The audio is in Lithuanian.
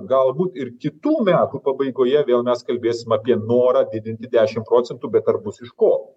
galbūt ir kitų metų pabaigoje vėl mes kalbėsim apie norą didinti dešim procentų bet ar bus iš ko